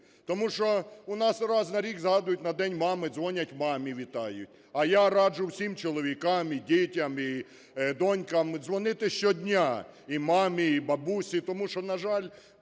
Тому що у нас раз на рік згадують на День мами, дзвонять мамі, вітають. А я раджу всім чоловікам і дітям, і донькам дзвонити щодня і мамі, і бабусі, тому що, на жаль,